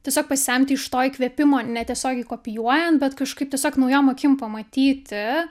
tiesiog pasemti iš to įkvėpimo ne tiesiogiai kopijuojan bet kažkaip tiesiog naujom akim pamatyti